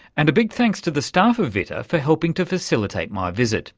and a big thanks to the staff of vitta for helping to facilitate my visit